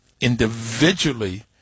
individually –